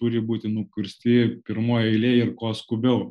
turi būti nukirsti pirmoj eilėj ir kuo skubiau